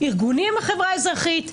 ארגונים מהחברה האזרחית,